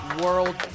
world